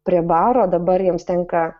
prie baro dabar jiems tenka